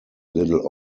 little